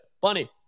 bunny